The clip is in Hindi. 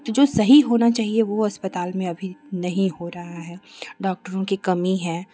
जो सही होना चाहिए वो अस्पताल में अभी नहीं हो रहा है डॉक्टरों की कमी है